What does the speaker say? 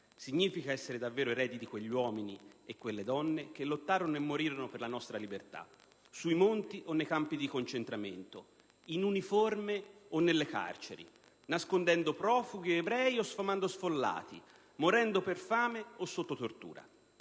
Significa essere davvero eredi di quegli uomini e quelle donne che lottarono e morirono per la nostra libertà: sui monti o nei campi di concentramento, in uniforme o nelle carceri, nascondendo profughi ed ebrei o sfamando sfollati, morendo per fame o sotto tortura.